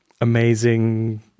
amazing